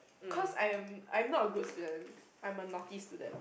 cause I'm I'm not a good student I'm a naughty student